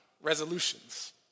resolutions